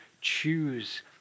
choose